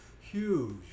Huge